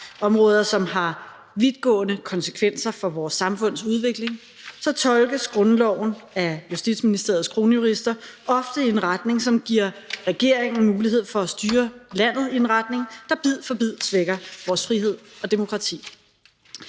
områder, som har vidtrækkende konsekvenser for vores samfunds udvikling – tolkes grundloven af Justitsministeriets kronjurister ofte i en retning, som giver regeringen mulighed for at styre landet i en retning, der bid for bid svækker vores frihed og demokrati.